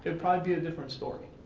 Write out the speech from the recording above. but probably be a different story.